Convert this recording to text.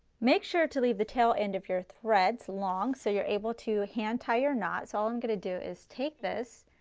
make sure to leave the tail end of your threads long so you're able to hand tie your knots. what um i'm going to do is take this,